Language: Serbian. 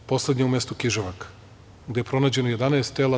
Poslednja je u mestu Kiževak, gde je pronađeno 11 tela.